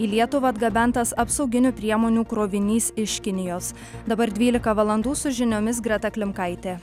į lietuvą atgabentas apsauginių priemonių krovinys iš kinijos dabar dvylika valandų su žiniomis greta klimkaitė